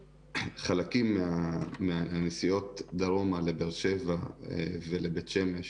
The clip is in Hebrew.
חלקים מהנסיעות דרומה לבאר שבע ולבית שמש